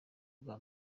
bwa